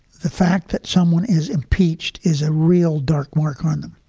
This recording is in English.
the fact that someone is impeached is a real dark mark on them.